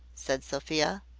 said sophia.